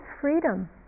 freedom